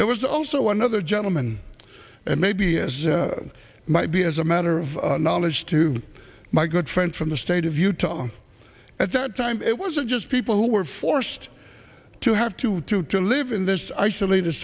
that was also another gentleman and maybe as might be as a matter of knowledge to my good friend from the state of utah at that time it wasn't just people who were forced to have to to to live in this isolated